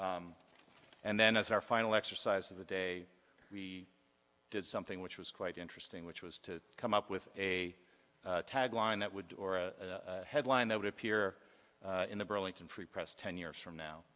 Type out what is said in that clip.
s and then as our final exercise of the day we did something which was quite interesting which was to come up with a tag line that would or a headline that would appear in the burlington free press ten years from